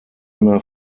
anna